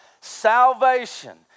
salvation